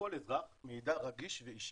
לכל אזרח מידע רגיש ואישי.